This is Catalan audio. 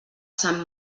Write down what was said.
sant